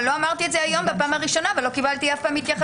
אבל לא אמרתי את זה היום בפעם הראשונה ולא קיבלתי אף פעם התייחסות.